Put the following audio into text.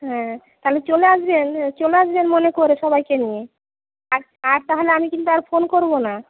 হ্যাঁ তাহলে চলে আসবেন চলে আসবেন মনে করে সবাইকে নিয়ে আর আর তাহলে আমি কিন্তু আর ফোন করব না